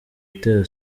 utera